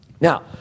Now